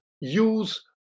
use